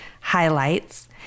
highlights